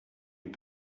and